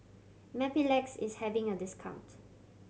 Mepilex is having a discount